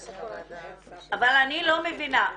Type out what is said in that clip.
אני לא מבינה,